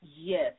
Yes